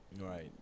Right